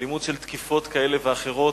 אלימות של תקיפות כאלה ואחרות,